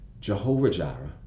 Jehovah-Jireh